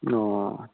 অঁ